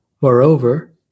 Moreover